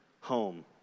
home